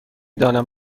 دانم